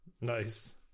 Nice